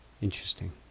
interesting